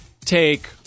take